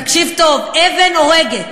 תקשיב טוב: אבן הורגת.